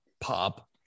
pop